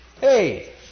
Hey